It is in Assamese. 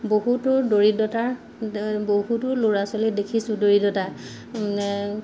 বহুতো দৰিদ্ৰতাৰ বহুতো ল'ৰা ছোৱালী দেখিছোঁ দৰিদ্ৰতা